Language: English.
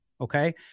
Okay